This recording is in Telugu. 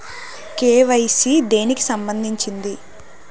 కే.వై.సీ దేనికి సంబందించింది?